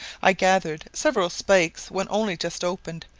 i gathered several spikes when only just opened,